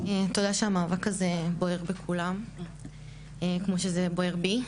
תודה שהמאבק הזה בוער בכולם כמו שזה בוער בי.